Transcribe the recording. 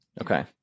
Okay